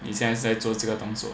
你现在在做这个动作